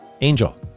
Angel